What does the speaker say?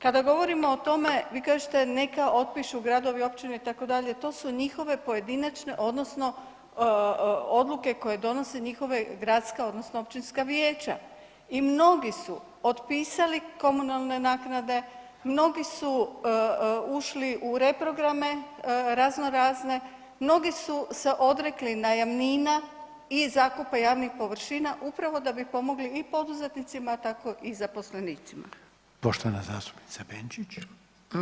Kada govorimo o tome, vi kažete neka otpišu gradovi, općine, itd., to su njihove pojedinačne odnosno odluke koje donosi njihove gradska odnosno općinska vijeća i mnogi su otpisali komunalne naknade, mnogi su ušli u reprograme razno razne, mnogi su se odrekli najamnina i zakupa javnih površina upravo da bi pomogli i poduzetnicima, a tako i zaposlenicima.